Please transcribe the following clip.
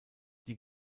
die